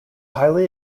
highly